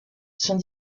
sont